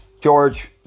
George